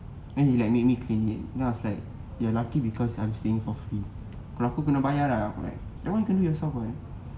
and he made me clean it then I was like you're lucky because I'm staying for free kalau aku kena bayar dah that one you can do yourself [one]